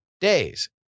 days